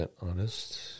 honest